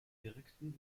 direkten